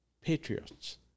patriots